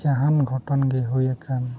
ᱡᱟᱦᱟᱱ ᱜᱷᱚᱴᱚᱱᱜᱮ ᱦᱩᱭ ᱟᱠᱟᱱ